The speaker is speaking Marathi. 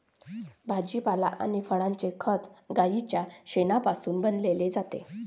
भाजीपाला आणि फळांचे खत गाईच्या शेणापासून बनविलेले जातात